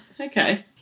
Okay